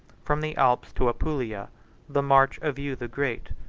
from the alps to apulia the march of hugh the great,